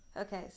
Okay